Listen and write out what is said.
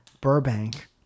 Burbank